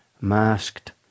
masked